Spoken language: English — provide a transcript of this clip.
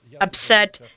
upset